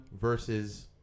versus